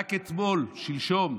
רק אתמול, שלשום,